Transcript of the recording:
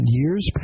years